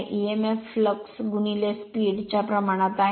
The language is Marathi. emf फ्लॅक्स स्पीड च्या प्रमाणात आहे